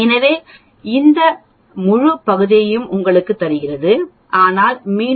எனவே இது இந்த முழு பகுதியையும் உங்களுக்குத் தருகிறது ஆனால் மீண்டும் நான் 0